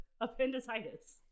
appendicitis